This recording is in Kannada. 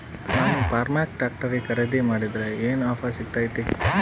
ನಾನು ಫರ್ಮ್ಟ್ರಾಕ್ ಟ್ರಾಕ್ಟರ್ ಖರೇದಿ ಮಾಡಿದ್ರೆ ಏನು ಆಫರ್ ಸಿಗ್ತೈತಿ?